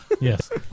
Yes